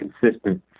consistent